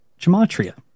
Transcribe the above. gematria